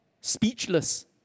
speechless